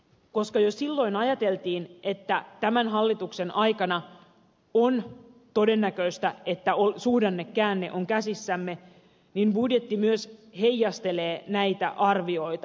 koska jo hallitusneuvottelujen aikana ajateltiin että tämän hallituksen aikana on todennäköistä että suhdannekäänne on käsissämme myös budjetti heijastelee näitä arvioita